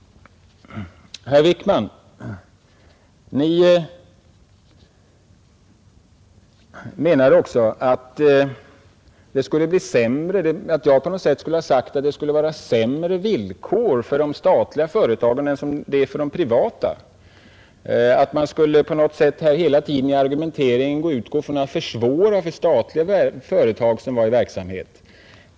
Herr Wickman menar också att jag skulle ha sagt att det skulle vara sämre villkor för de statliga företagen än för de privata, att man på något sätt hela tiden i argumenteringen skulle utgå från att försvåra för statliga företag som var i verksamhet.